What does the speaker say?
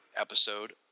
episode